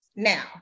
Now